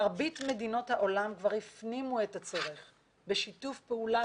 מרבית מדינות העולם כבר הפנימו את הצורך בשיתוף פעולה